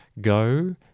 Go